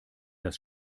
das